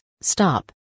stop